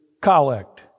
collect